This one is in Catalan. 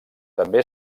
també